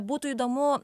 būtų įdomu